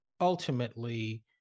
ultimately